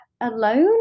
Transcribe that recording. alone